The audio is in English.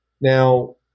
Now